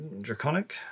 Draconic